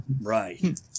right